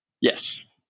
Yes